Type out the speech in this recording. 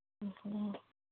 हाँ